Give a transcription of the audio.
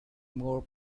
more